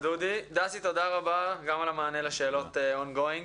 דסי, תודה רבה, גם על המענה לשאלות On going.